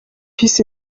peace